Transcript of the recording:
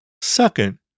Second